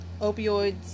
Opioids